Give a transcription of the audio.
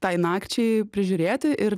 tai nakčiai prižiūrėti ir